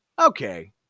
Okay